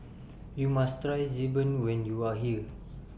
YOU must Try Xi Ban when YOU Are here